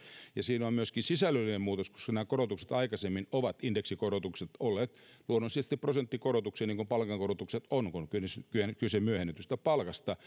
ja siinä on myöskin sisällöllinen muutos koska nämä korotukset indeksikorotukset aikaisemmin ovat olleet luonnollisesti prosenttikorotuksia niin kuin palkankorotukset ovat kun on kyse myöhennetystä palkasta